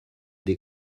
des